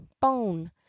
bone